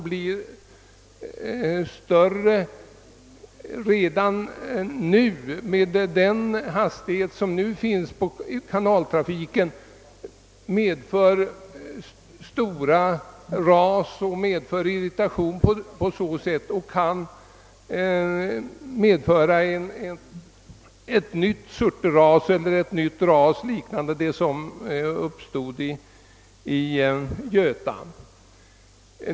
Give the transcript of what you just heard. ännu större om leden fördjupas och fartygens fart ökas. Det kan bli ett nytt Surteras eller ett nytt ras liknande det som uppstod vid Göta.